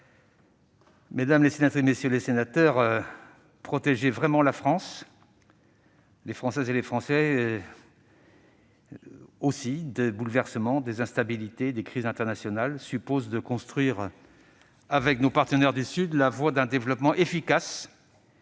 Mesdames les sénatrices, messieurs les sénateurs, protéger vraiment la France, les Françaises et les Français des bouleversements, des instabilités et des crises internationales suppose de construire avec nos partenaires du Sud la voie d'un développement qui